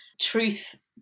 truth